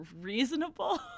reasonable